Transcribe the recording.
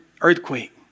earthquake